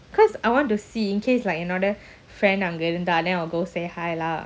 cause I want to see in case like என்னோட:ennoda friend அங்கஇருந்தாலே:anga irunthale go say hi lah